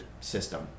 system